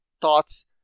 thoughts